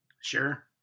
Sure